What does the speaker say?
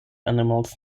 animals